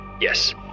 Yes